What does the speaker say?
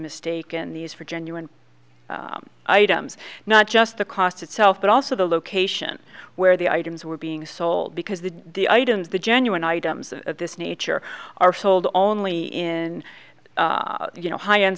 mistaken these for genuine items not just the cost itself but also the location where the items were being sold because the the items the genuine items of this nature are sold only in you know high end